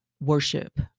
Worship